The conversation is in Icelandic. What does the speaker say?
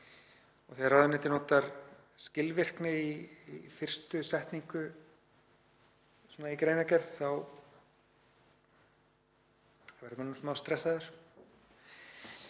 Og þegar ráðuneytið notar skilvirkni í fyrstu setningu í greinargerð þá verður maður smá stressaður.